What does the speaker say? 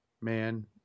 Man